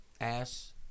Ass